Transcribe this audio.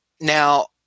Now